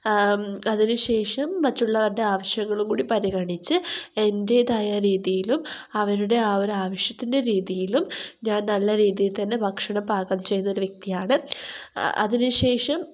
അതിനുശേഷം മറ്റുള്ളവരുടെ ആവശ്യങ്ങളുംകൂടി പരിഗണിച്ച് എന്റേതായ രീതിയിലും അവരുടെ ആ ഒരു ആവശ്യത്തിൻ്റെ രീതിയിലും ഞാൻ നല്ലരീതിയിൽ തന്നെ ഭക്ഷണം പാകം ചെയ്യുന്ന ഒരു വ്യക്തിയാണ് അതിനുശേഷം